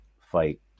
fight